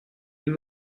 این